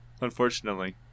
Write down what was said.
unfortunately